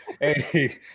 Hey